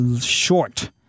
short